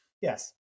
Yes